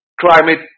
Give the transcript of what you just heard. climate